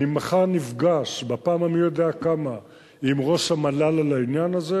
אני מחר נפגש בפעם המי-יודע-כמה עם ראש המל"ל על העניין הזה.